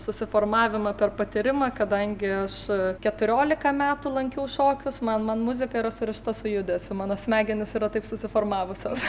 susiformavimą per patyrimą kadangi su keturiolika metų lankiau šokius man man muzika yra surišta su judesiu mano smegenys yra taip susiformavusios